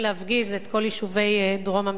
להפגיז את כל יישובי דרום המדינה.